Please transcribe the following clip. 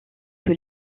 que